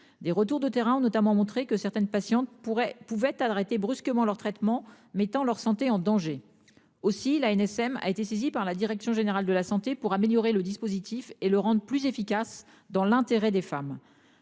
des retours de terrain ont notamment montré que certaines patientes pourraient pouvait arrêter brusquement leur traitement mettant leur santé en danger aussi l'ANSM a été saisi par la direction générale de la santé pour améliorer le dispositif et le rendre plus efficace dans l'intérêt des femmes.